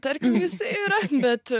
tarkim yra bet